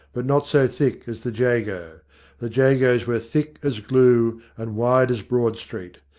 but not so thick as the jago the jagos were thick as glue and wide as broad street.